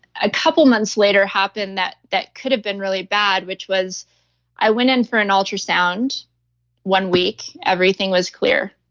a couple months later happened that that could've been really bad, which was i went in for an ultrasound one week. everything was clear.